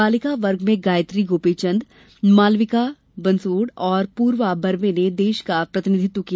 बालिका वर्ग में गायत्री गोपीचंद मालविका बंसोड़ और पूर्वा बर्वे ने देश का प्रतिनिधित्व किया